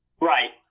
right